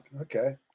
Okay